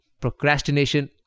procrastination